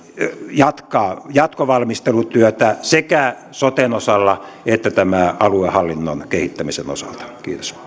jatkaa jatkovalmistelutyötä sekä soten osalta että tämän aluehallinnon kehittämisen osalta